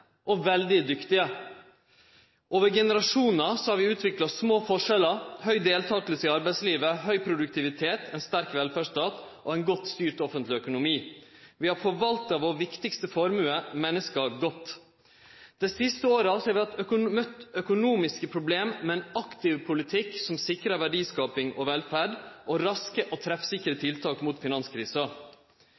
og veldig dyktige. Over generasjonar har vi utvikla små forskjellar, høg deltaking i arbeidslivet, høg produktivitet, ein sterk velferdsstat og ein godt styrt offentleg økonomi. Vi har forvalta vår viktigaste formue – menneska – godt. Dei siste åra har vi møtt økonomiske problem med ein aktiv politikk som sikrar verdiskaping og velferd, og med raske og treffsikre tiltak mot finanskrisa.